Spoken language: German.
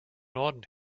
norden